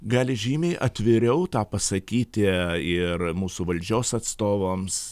gali žymiai atviriau tą pasakyti ir mūsų valdžios atstovams